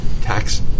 tax